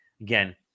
again